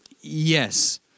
Yes